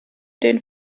den